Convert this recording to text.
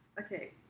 Okay